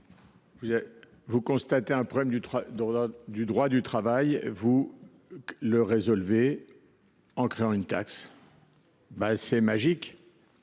vous constatez un problème relevant du droit du travail et vous le résolvez… en créant une taxe ! C’est magique